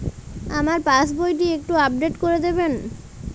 আমার পাসবই টি একটু আপডেট করে দেবেন?